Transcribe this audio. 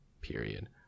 period